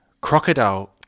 Crocodile